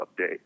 update